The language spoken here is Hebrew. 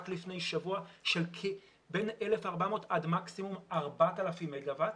לפני שבוע של בין 1,400 עד מקסימום 4,000 מגה-ואט,